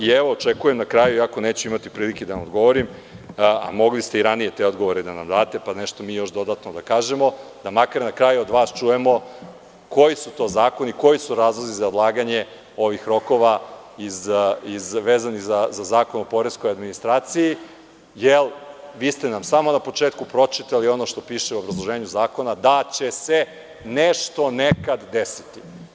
Očekujem na kraju, iako neću imati prilike da odgovorim, a mogli ste i ranije te odgovore da nam date, pa da mi još nešto dodatno kažemo, da od vas čujemo koji su to zakoni, koji su razlozi za odlaganje ovih rokova vezanih za Zakon o poreskoj administraciji, jer vi ste nam samo na početku pročitali ono što piše u obrazloženju zakona da će se nešto nekada desiti.